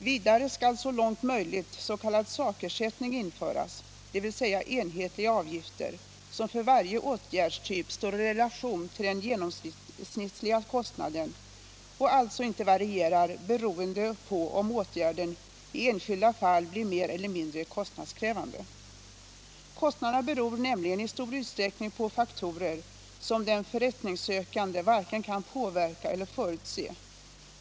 Vidare skall så långt möjligt s.k. sakersättning införas, dvs. enhetliga avgifter som för varje åtgärdstyp står i relation till den genomsnittliga kostnaden och alltså inte varierar beroende på om åtgärden i enskilda fall blir mer eller mindre kostnadskrävande. Kostnaderna beror nämligen i stor utsträckning på faktorer som den förrättningssökande varken kan påverka eller förutse.